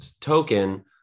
token